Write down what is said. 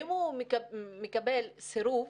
ואם הוא מקבל סירוב,